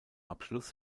abschluss